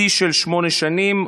שיא של שמונה שנים,